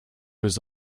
was